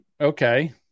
Okay